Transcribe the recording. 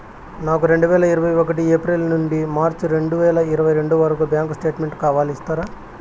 నాకు రెండు వేల ఇరవై ఒకటి ఏప్రిల్ నుండి మార్చ్ రెండు వేల ఇరవై రెండు వరకు బ్యాంకు స్టేట్మెంట్ కావాలి ఇస్తారా